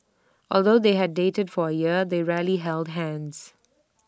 although they had dated for A year they rarely held hands